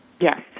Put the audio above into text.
Yes